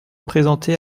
présenté